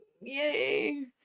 Yay